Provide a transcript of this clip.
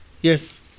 Yes